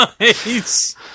Nice